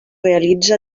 realitza